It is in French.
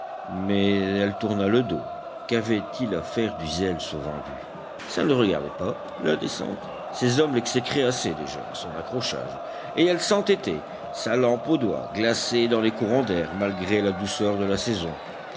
mais elle tourna le dos qu'avait-il à faire du zèle ce vendu ça ne le regardait pas la descente ses hommes l'exécraient assez déjà à son accrochage et elle s'entêtait sa lampe aux doigts glacée dans les courants d'air malgré la douceur de la saison